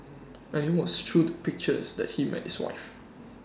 and IT was through the pictures that he met his wife